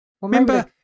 remember